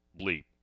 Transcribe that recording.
bleep